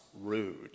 rude